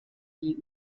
die